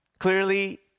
Clearly